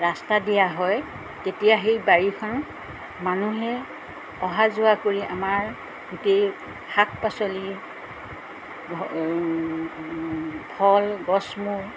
ৰাস্তা দিয়া হয় তেতিয়া সেই বাৰীখন মানুহে অহা যোৱা কৰি আমাৰ গোটেই শাক পাচলি ফল গছমূল